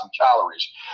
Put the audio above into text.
calories